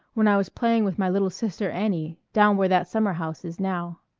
when i was playing with my little sister annie, down where that summer-house is now.